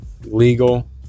legal